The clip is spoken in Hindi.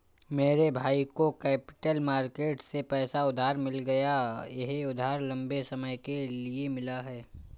मेरे भाई को कैपिटल मार्केट से पैसा उधार मिल गया यह उधार लम्बे समय के लिए मिला है